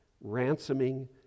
ransoming